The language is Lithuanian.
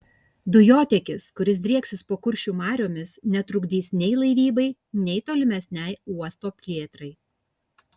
dujotiekis kuris drieksis po kuršių mariomis netrukdys nei laivybai nei tolimesnei uosto plėtrai